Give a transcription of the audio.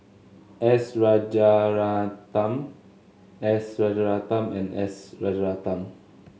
S Rajaratnam S Rajaratnam and S Rajaratnam